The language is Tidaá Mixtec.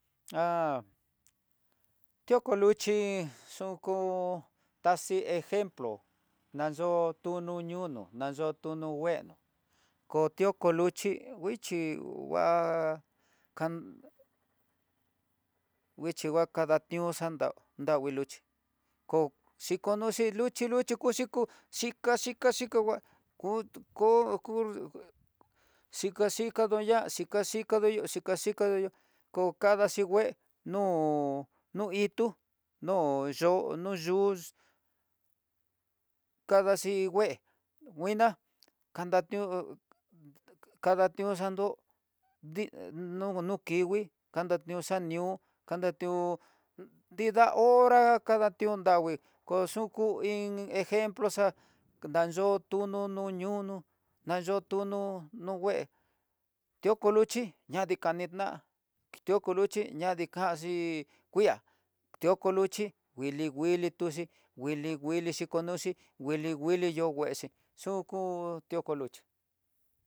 Ha ti'ó koluchí xuku, taxi ejemplo na ñoo tu ñu ñuñuna yo'ó tunó ngueno, ko ti'ó koluxhi nguichí nguá, kan nguixhi va'a kadandió xandao ndanguiluxhi ko xhikoxhi luxhi kuxi kú, xhika, xhika, xhika nguá kutu ko kur xhika xhika ndo ya'á xhika xhika ndo yu xhika xhika nduyu, ko kadaxhi ngue no itú, no'ó yo'ó no yúu kadaxhi ngue nguiná kadanió kadandió xandó, dii dii no kingui kadanió xanió kadantió nida hora kadantió ndangui, ko xuku iin ejemplo xa'á ayo'ó tuño noo nunu, nayo tuño no ngué yo koluxhi dani ñadikaniná ti'ó koluxhi ña dii kanxi kuiá tió koluxhi nguili nguili xhikoxi, nguili nguili yo'ó nguexi xuku ti'ó kokuxhí.